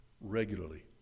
regularly